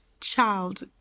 child